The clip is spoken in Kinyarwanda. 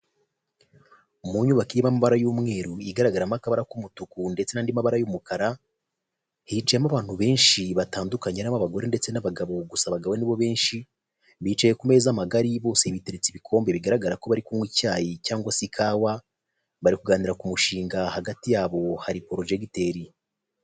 Mu nyubako irimo amabara y'umweru igaragaramo akabara k'umutuku, ndetse n'andi mabara y'umukara hicayemo abantu benshi batandukanye, abagore ndetse n'abagabo, gusa abagabo nibo benshi bicaye ku meza magari bose biteretse ibikombe bigaragara ko bari kunywa icyayi cyangwa se ikawa bari kuganira ku mushinga hagati yabo hari porojegiteri.